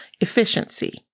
efficiency